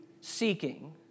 seeking